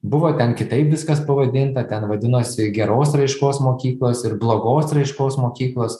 buvo ten kitaip viskas pavadinta ten vadinosi geros raiškos mokyklos ir blogos raiškos mokyklos